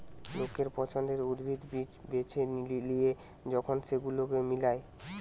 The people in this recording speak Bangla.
লোকের পছন্দের উদ্ভিদ, বীজ বেছে লিয়ে যখন সেগুলোকে মিলায়